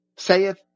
saith